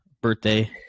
birthday